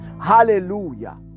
Hallelujah